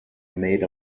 made